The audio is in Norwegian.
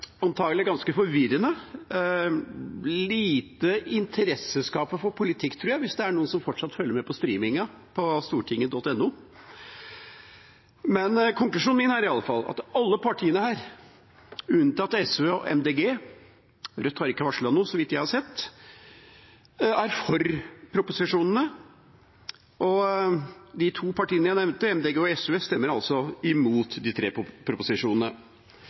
antagelig ganske forvirrende og lite interesseskapende for politikk, tror jeg, hvis det er noen som fortsatt følger med på streamingen på stortinget.no. Konklusjonen min er i alle fall at alle partiene her – unntatt SV og Miljøpartiet De Grønne, Rødt har ikke varslet om noe, så vidt jeg har sett – er for proposisjonene. De to partiene jeg nevnte, Miljøpartiet De Grønne og SV, stemmer altså imot de tre proposisjonene.